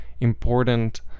important